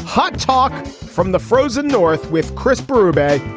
hot talk from the frozen north. with chris burbank.